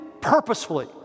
purposefully